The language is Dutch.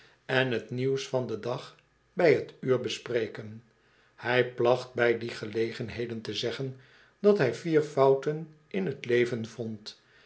en t nieuws van den dag bij t uur bespreken hij placht bij die gelegenheden te zeggen dat hij vier fouten in t leven vond